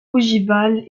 ogivale